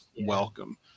welcome